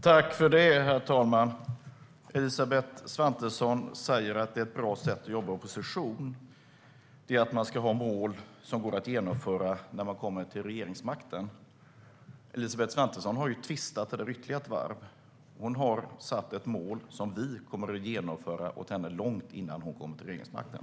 Herr talman! Elisabeth Svantesson säger att ett bra sätt att jobba i opposition är att ha mål som går att genomföra när man kommer till regeringsmakten. Elisabeth Svantesson har vridit det ytterligare ett varv. Hon har satt ett mål som vi kommer att genomföra åt henne långt innan hon kommer till regeringsmakten.